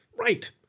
right